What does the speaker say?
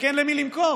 רק אין למי למכור,